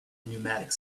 pneumatic